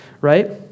right